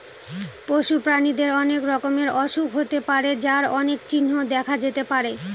পশু প্রাণীদের অনেক রকমের অসুখ হতে পারে যার অনেক চিহ্ন দেখা যেতে পারে